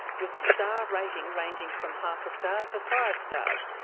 with a star rating ranging from half a star to five stars,